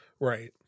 right